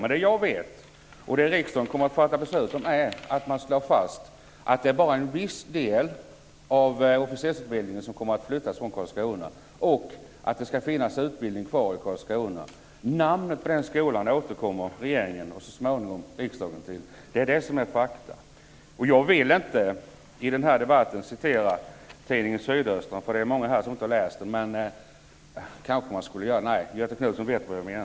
Men det jag vet - och det riksdagen kommer att fatta beslut om - är att det bara är en viss del av officersutbildningen som kommer att flyttas från Karlskrona och att det skall finnas utbildning kvar i Karlskrona. Namnet på den skolan återkommer regeringen och så småningom riksdagen till. Det är fakta. Jag vill inte i den här debatten citera tidningen Sydöstran, för det är många här som inte har läst det, men kanske man skulle göra det? Nej, Göthe Knutson vet vad jag menar.